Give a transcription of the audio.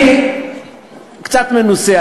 אני קצת מנוסה.